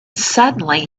suddenly